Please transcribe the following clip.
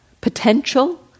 potential